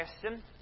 question